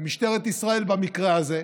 במשטרת ישראל, במקרה הזה,